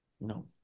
No